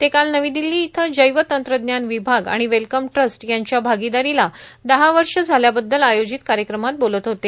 ते काल नवी दिल्ली इथं जैवतंत्रज्ञान विभाग आणि वेलकम ट्रस्ट यांच्या भागीदारीला दहा वर्षे झाल्याबद्दल आयोजित कार्यक्रमात बोलत होते